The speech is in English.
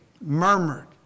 murmured